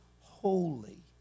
holy